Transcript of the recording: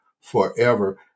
forever